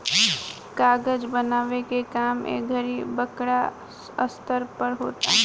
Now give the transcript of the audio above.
कागज बनावे के काम ए घड़ी बड़का स्तर पर होता